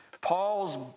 Paul's